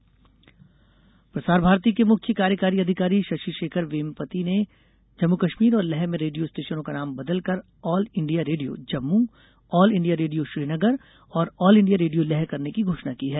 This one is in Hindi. प्रसार भारती प्रसार भारती के मुख्य कार्यकारी अधिकारी शशिशेखर वेम्पति ने जम्मू कश्मीर और लेह में रेडियो स्टेशनों का नाम बदलकर all India radio Jammu all India radio Srinagar और ऑल इंडिया रेडियो लेह करने की घोषणा की है